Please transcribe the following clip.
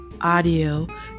audio